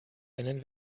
einen